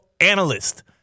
analyst